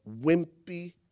wimpy